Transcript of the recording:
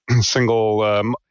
single